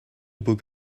book